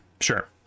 Sure